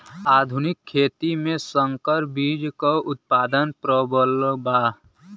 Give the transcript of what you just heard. आधुनिक खेती में संकर बीज क उतपादन प्रबल बा